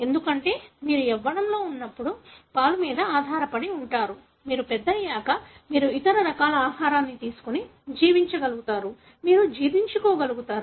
ఎందుకంటే మీరు యవ్వనం లో ఉన్నప్పుడు పాలు మీద ఆధారపడి ఉంటారు మీరు పెద్దయ్యాక మీరు ఇతర రకాల ఆహారాన్ని తీసుకొని జీవించగలుగుతారు మీరు జీర్ణించుకోగలుగుతారు